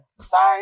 Sorry